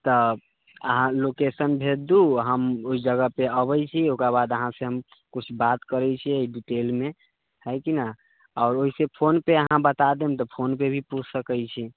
तऽ अहाँ लोकेशन भेज दू हम ओहि जगहपर अबै छी ओकरा बाद अहाँसँ हम किछु बात करै छिए डिटेलमे हइ कि नहि आओर वइसे फोनपर अहाँ बता देम तऽ फोनपर भी पूछि सकै छी